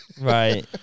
Right